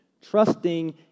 Trusting